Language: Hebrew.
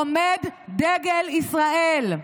עומד דגל ישראל.